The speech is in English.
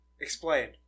explain